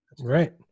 Right